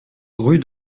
rue